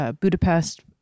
Budapest